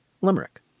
limerick